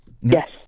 Yes